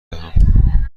دهم